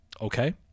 Okay